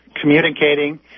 communicating